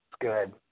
good